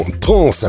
trans